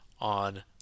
on